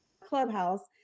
Clubhouse